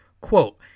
Quote